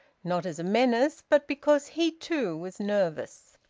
not as a menace, but because he too was nervous.